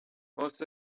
most